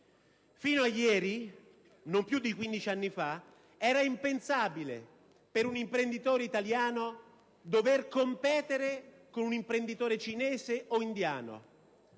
Fino a ieri, non più di quindici anni fa, era impensabile per un imprenditore italiano dover competere con un imprenditore cinese o indiano,